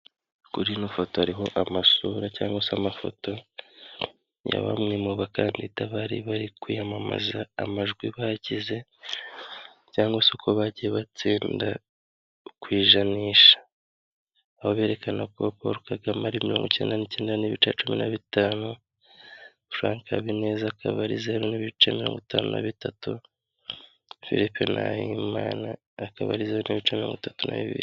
Kuri ino foto hariho amasura cyangwa se amafoto, ya bamwe mu bakandida bari bari kwiyamamaza, amajwi bagize cyangwa se uko bagiye batsinda ku ijanisha. Aho berekana ko Paul Kagame ari mirongo icyenda n'icyenda n'ibice cumi na bitanu, Frank Habineza akaba ari zeru n'ibice mirongo itanu na bitatu, Filipe Nahimana akaba ari zeru n'ibice mirongo itatu na bibiri.